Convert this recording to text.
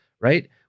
right